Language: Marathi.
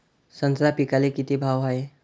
संत्रा पिकाले किती भाव हाये?